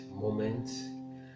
moment